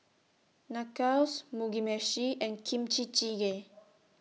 Nachos Mugi Meshi and Kimchi Jjigae